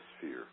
fear